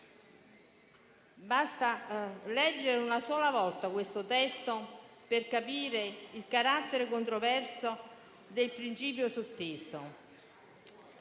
Basta leggere una sola volta questo testo, per capire il carattere controverso del principio sotteso.